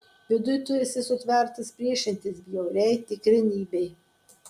viduj tu esi sutvertas priešintis bjauriai tikrenybei